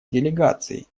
делегацией